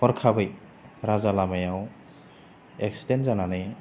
हरखाबै राजालामायाव एक्सिदेन जानानै